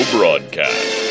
Broadcast